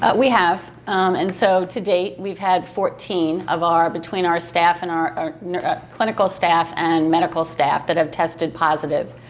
ah we have and so to date we've had fourteen of our between our staff and our clinical staff and medical staff that have tested positive.